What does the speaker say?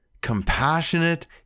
compassionate